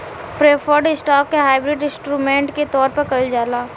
preferred stock के hybrid instrument के तौर पर कइल जाला